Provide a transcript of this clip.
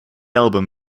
album